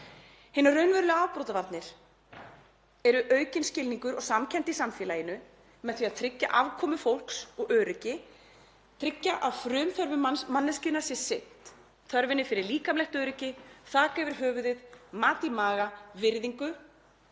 Hinar raunverulegu afbrotavarnir eru aukinn skilningur og samkennd í samfélaginu með því að tryggja afkomu fólks og öryggi, tryggja að frumþörfum manneskjunnar sé sinnt; þörfinni fyrir líkamlegt öryggi, þak yfir höfuðið, mat í maga, virðingu